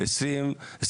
בבקשה.